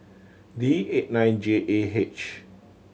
D eight nine J A H